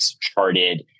charted